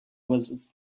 was